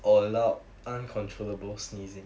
or loud uncontrollable sneezing